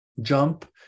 jump